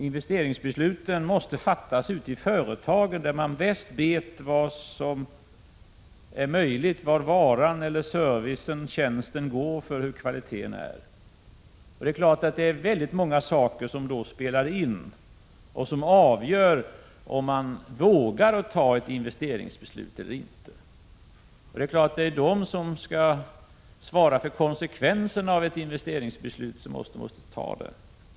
Investeringsbesluten måste fattas ute i företagen där man bäst vet vad som är möjligt — vad varan, servicen eller tjänsten går för, och hur kvaliteten är. Det är klart att det är många saker som då spelar in och som avgör om man vågar fatta ett investeringsbeslut eller inte. Det är naturligtvis de som skall svara för konsekvenserna av ett investeringsbeslut som måste fatta det.